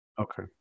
Okay